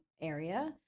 area